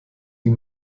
die